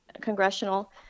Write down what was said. congressional